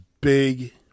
big